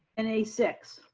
and a six.